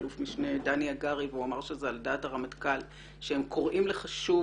אלוף-משנה דני הגרי והוא אמר שזה על דעת הרמטכ"ל שהם קוראים לך שוב